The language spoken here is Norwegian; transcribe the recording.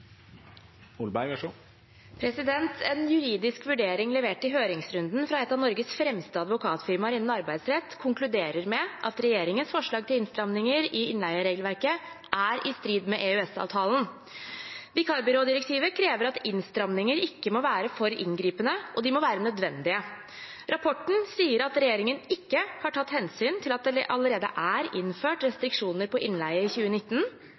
Norges fremste advokatfirmaer innen arbeidsrett konkluderer med at regjeringens forslag til innstramminger i innleieregelverket er i strid med EØS-avtalen. Vikarbyrådirektivet krever at innstramminger ikke må være for inngripende, og de må være nødvendige. Rapporten sier at regjeringen ikke har tatt hensyn til at det allerede er innført restriksjoner på innleie i 2019,